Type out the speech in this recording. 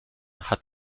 hat